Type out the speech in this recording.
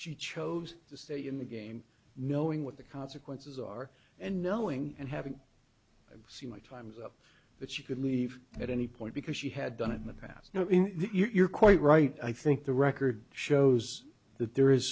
she chose to stay in the game knowing what the consequences are and knowing and having seen my time's up that she could leave at any point because she had done it in the past you know in you're quite right i think the record shows that there is